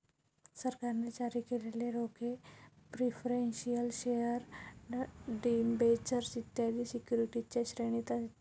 सरकारने जारी केलेले रोखे प्रिफरेंशियल शेअर डिबेंचर्स इत्यादी सिक्युरिटीजच्या श्रेणीत येतात